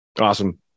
Awesome